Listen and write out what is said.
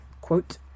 quote